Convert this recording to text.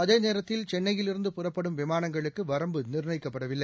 அதேநேரத்தில் சென்னையிலிருந்து புறப்படும் விமானங்களுக்குவரம்பு நிர்ணயிக்கப்படவில்லை